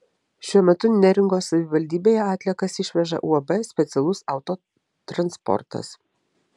šiuo metu neringos savivaldybėje atliekas išveža uab specialus autotransportas